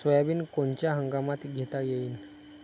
Soybean कोनच्या हंगामात घेता येईन?